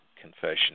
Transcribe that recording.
confession